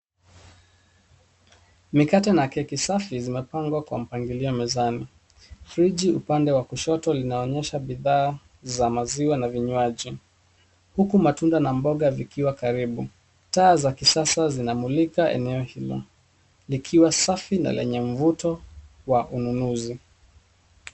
Mikate na keki safi zimepangwa kwa mpangilio mezani. Friji upande wa kushoto inaonyesha bidhaa za maziwa na vinywaji huku matunda na mboga zikiwa karibu. Taa za kisasa zinamulika eneo hilo likiwa safi na lenye mvuto wa ununuzi.